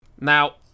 Now